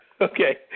Okay